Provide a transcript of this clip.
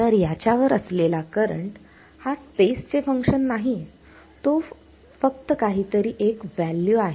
तर याच्यावर असलेला करंट हा स्पेस चे फंक्शन नाहीये तो फक्त काहीतरी एक व्हॅल्यू आहे